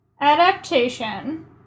Adaptation